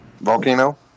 volcano